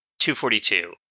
242